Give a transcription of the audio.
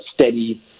steady